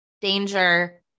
danger